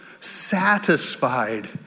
satisfied